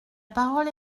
parole